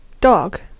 dog